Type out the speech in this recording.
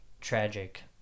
tragic